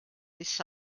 this